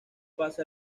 pasa